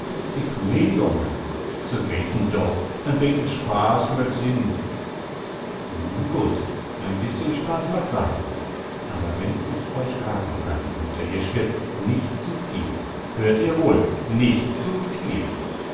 weeten doch en beten spoaß möt sinn nun gut ein bischen spaß mag sein aber wenn ich euch rathen kann mutter jeschke nicht zu viel hört ihr wohl nicht zu